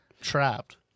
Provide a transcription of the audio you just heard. Trapped